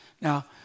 Now